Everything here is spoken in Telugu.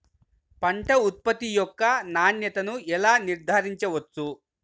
పంట ఉత్పత్తి యొక్క నాణ్యతను ఎలా నిర్ధారించవచ్చు?